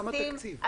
כמה תקציב?